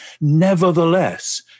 nevertheless